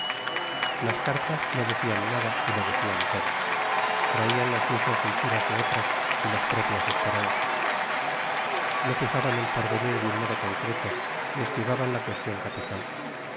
las cartas no decían nada y lo decían todo traían las mismas dulzuras de otras y las propias esperanzas no fijaban el porvenir de un modo concreto y esquivaban la cuestión capital